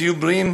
שיהיו בריאים,